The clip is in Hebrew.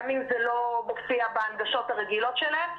גם אם זה לא מופיע בהנגשות הרגילות שלהם,